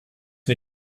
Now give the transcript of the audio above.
wir